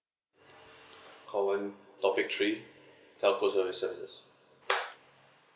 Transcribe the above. call one topic three telco services